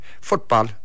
football